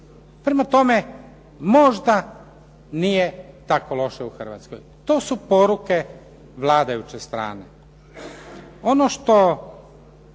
Prema tome, možda nije tako loše u Hrvatskoj. To su poruke vladajuće strane.